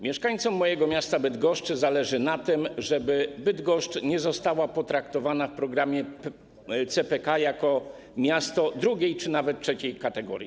Mieszkańcom mojego miasta Bydgoszczy zależy na tym, żeby Bydgoszcz nie została potraktowana w programie CPK jako miasto drugiej czy nawet trzeciej kategorii.